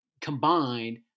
combined